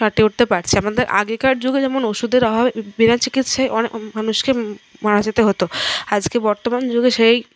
কাটিয়ে উঠতে পারছে আমাদের আগেকার যুগে যেমন ওষুধের অভাব বিনা চিকিৎসায় অনেক মানুষকে মারা যেতে হত আজকে বর্তমান যুগে সেই